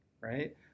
right